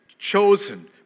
Chosen